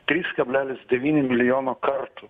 trys kablelis devyni milijono kartų